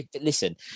listen